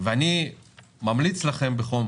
ואני ממליץ לכם בחום